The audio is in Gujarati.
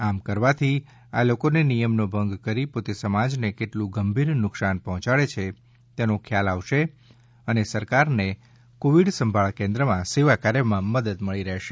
આમ કરવાથી આ લોકોને નિયમ નો ભંગ કરીને પોતે સમાજને કેટલું ગંભીર નુકશાન પહોંચાડે છે તેનો ખ્યાલ આવશે અને સરકારને કોવિડ સંભાળ કેદ્રમાં સેવા કાર્યમાં મદદ મળી રહેશે